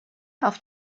auf